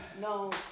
No